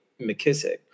McKissick